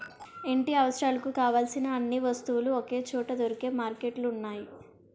ఇంటి అవసరాలకు కావలసిన అన్ని వస్తువులు ఒకే చోట దొరికే మార్కెట్లు ఉన్నాయి